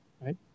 right